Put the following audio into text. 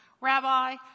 Rabbi